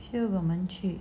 我们去